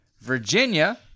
Virginia